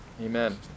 Amen